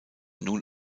nun